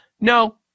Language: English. No